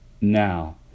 Now